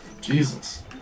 Jesus